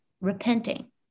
repenting